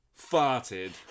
farted